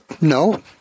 no